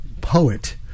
poet